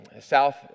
South